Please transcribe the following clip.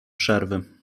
przerwy